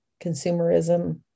consumerism